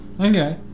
Okay